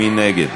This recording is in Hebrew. מי נגד?